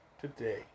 today